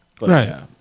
right